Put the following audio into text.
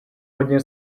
hodně